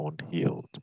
unhealed